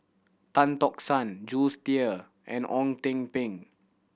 Tan Tock San Jules Tier and Ong Ten Ping